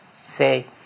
Say